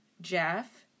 Jeff